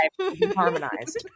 Harmonized